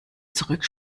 zurück